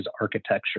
architecture